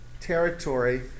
territory